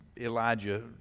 Elijah